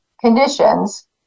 conditions